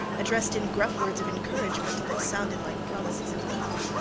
addressed in gruff words of encouragement that sounded like promises of evil.